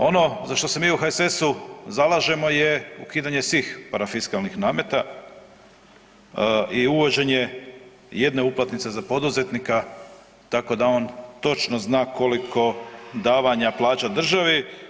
Ono za što se mi u HSS-u zalažemo je ukidanje svih parafiskalnih nameta i uvođenje jedne uplatnice za poduzetnika, tako da on točno zna koliko davanja plaća državi.